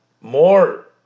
more